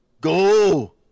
Go